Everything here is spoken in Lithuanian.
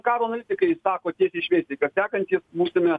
karo analitikai sako tiesiai šviesiai kad sekantys būsime